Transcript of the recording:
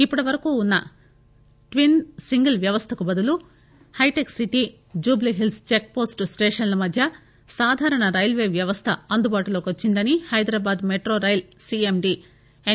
ఇప్పటి వరకు ఉన్న ట్విన్ సింగిల్ వ్యవస్ట బదులు హైటెక్ సిటి జుబ్లిహిల్స్ చెక్ పోస్టు స్టేషన్ల మధ్య సాధారన రైల్వే వ్యవస్థ అందుబాటులోకి వచ్చిందని Hyderabad metro rail CMD yes